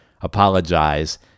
apologize